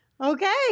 okay